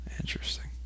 Interesting